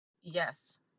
Yes